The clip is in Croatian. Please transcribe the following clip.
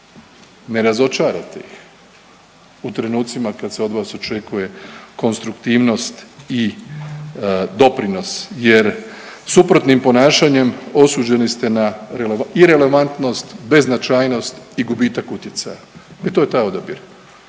ne razočarate ih u trenucima kad se od vas očekuje konstruktivnost i doprinos jer suprotnim ponašanjem osuđeni ste na irelevantnost, beznačajnost i gubitak utjecaja, e to je taj odabir.